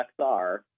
XR